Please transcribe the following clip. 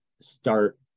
start